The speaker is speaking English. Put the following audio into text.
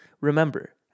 remember